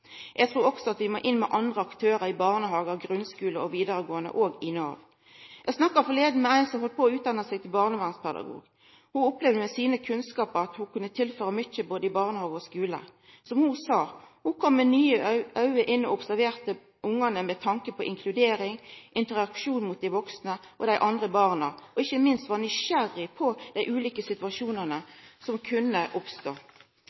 Eg trur også at vi må inn med andre aktørar i barnehagar, grunnskule, vidaregåande og Nav. Eg snakka nyleg med ei som heldt på å utdanna seg til barnevernspedagog. Ho opplevde at ho med sine kunnskapar kunne tilføra mykje i både barnehage og skule. Som ho sa: Ho kom inn med nye auge og observerte ungane med tanke på inkludering, interaksjon med dei vaksne og dei andre barna, og var ikkje minst nysgjerrig på dei ulike situasjonane